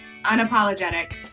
Unapologetic